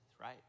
right